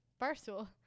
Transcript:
Barstool